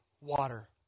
water